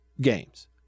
games